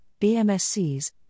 BMSCs